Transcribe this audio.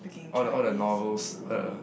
all the all the novels quite a